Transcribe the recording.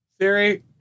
Siri